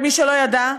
למי שלא ידע,